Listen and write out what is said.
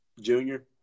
junior